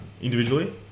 Individually